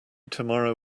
tomorrow